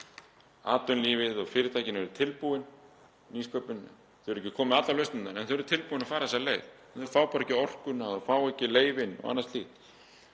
Atvinnulífið og fyrirtækin eru tilbúin í nýsköpun. Þau þurfa ekki að koma með allar lausnirnar en þau eru tilbúin að fara þessa leið. Þau fá bara ekki orkuna, fá ekki leyfin og annað slíkt.